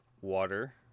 water